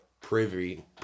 privy